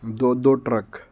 دو دو ٹرک